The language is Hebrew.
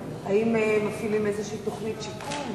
והאם מפעילים איזו תוכנית שיקום,